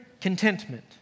contentment